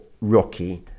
Rocky